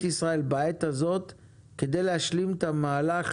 ישראל בעת הזאת כדי להשלים את המהלך,